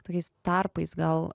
tokiais tarpais gal